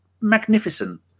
magnificent